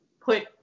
put